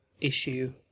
issue